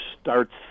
starts